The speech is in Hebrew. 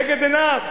לנגד עיניו,